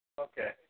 Okay